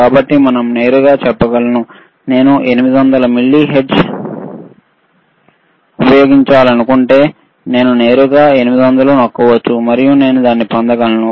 కాబట్టి మనం నేరుగా చెప్పగలను నేను 800 మిల్లీహెర్ట్జ్ ఉపయోగించాలనుకుంటే నేను నేరుగా 800 నొక్కవచ్చు మరియు నేను దాన్ని పొందగలను